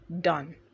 done